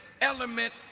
element